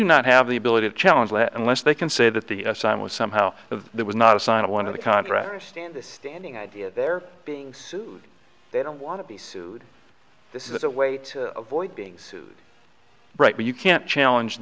do not have the ability of challenge that unless they can say that the sign was somehow there was not a sign of one of the contrary standing standing idea they're being sued they don't want to be sued this is a way to avoid being sued right but you can't challenge